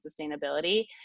sustainability